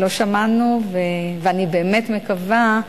שלא שמענו, ואני באמת מקווה,